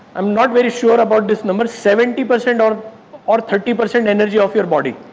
i am not very sure about this number, seventy percent or or thirty percent energy of your body.